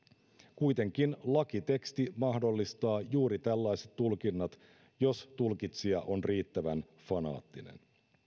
kuitenkin lakiteksti mahdollistaa juuri tällaiset tulkinnat jos tulkitsija on riittävän fanaattinen